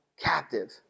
captive